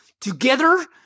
together